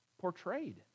portrayed